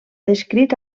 descrit